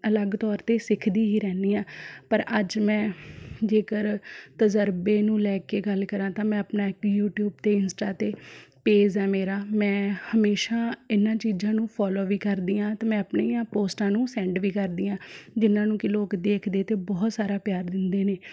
ਅਲੱਗ ਤੌਰ 'ਤੇ ਸਿੱਖਦੀ ਦੀ ਹੀ ਰਹਿੰਨੀ ਹਾਂ ਪਰ ਅੱਜ ਮੈਂ ਜੇਕਰ ਤਜ਼ਰਬੇ ਨੂੰ ਲੈ ਕੇ ਗੱਲ ਕਰਾਂ ਤਾਂ ਮੈਂ ਆਪਣਾ ਇੱਕ ਯੂਟਿਊਬ 'ਤੇ ਇੰਸਟਾ 'ਤੇ ਪੇਜ਼ ਹੈ ਮੇਰਾ ਮੈਂ ਹਮੇਸ਼ਾ ਇਹਨਾਂ ਚੀਜ਼ਾਂ ਨੂੰ ਫੌਲੋ ਵੀ ਕਰਦੀ ਹਾਂ ਅਤੇ ਮੈਂ ਆਪਣੀਆਂ ਪੋਸਟਾਂ ਨੂੰ ਸੈਂਡ ਵੀ ਕਰਦੀ ਹਾਂ ਜਿਹਨਾਂ ਨੂੰ ਕਿ ਲੋਕ ਦੇਖਦੇ ਅਤੇ ਬਹੁਤ ਸਾਰਾ ਪਿਆਰ ਦਿੰਦੇ ਨੇ